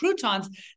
croutons